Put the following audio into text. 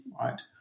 right